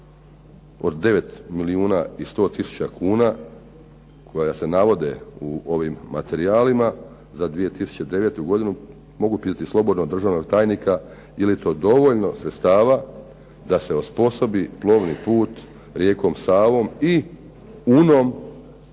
od 9 milijuna i 100 tisuća kuna koja se navode u ovim materijalima za 2009. godinu mogu pitati slobodno državnog tajnika je li to dovoljno sredstava da se osposobi plovni put rijekom Savom i Unom